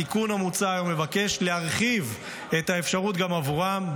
התיקון המוצע היום מבקש להרחיב את האפשרות גם עבורם,